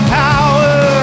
power